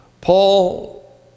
Paul